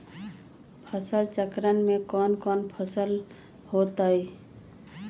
फसल चक्रण में कौन कौन फसल हो ताई?